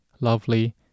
lovely